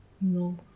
No